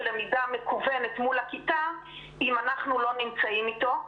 למידה מקוונת מול הכיתה אם אנחנו לא נמצאים איתו.